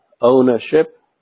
Ownership